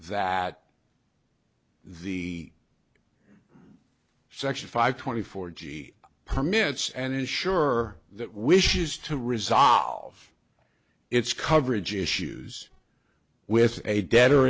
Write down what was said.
that the section five twenty four g permits and is sure that wishes to resolve its coverage issues with a de